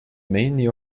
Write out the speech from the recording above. mainly